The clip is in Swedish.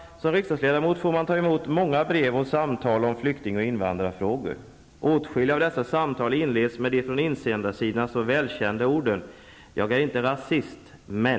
Som riksdagsledamot får man ta emot många brev och samtal om flykting och invandrarfrågor. Åtskilliga av dessa samtal inleds med de från insändarsidorna så välkända orden: ''Jag är inte rasist, men.